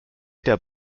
der